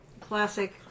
classic